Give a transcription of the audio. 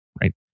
right